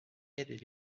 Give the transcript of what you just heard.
aider